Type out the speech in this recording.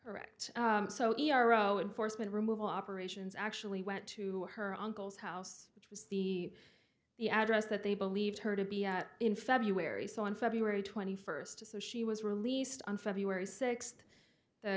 enforcement removal operations actually went to her uncle's house which was the the address that they believed her to be in february so on february twenty first so she was released on february sixth the